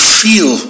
feel